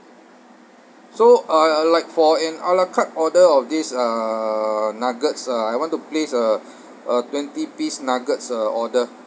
so uh I uh like for an a la carte order of this uh nuggets ah I want to place a a twenty piece nuggets uh order